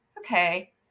okay